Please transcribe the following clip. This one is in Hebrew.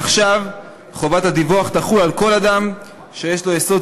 מעכשיו חובת הדיווח תחול על כל אדם שיש לו יסוד